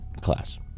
class